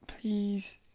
please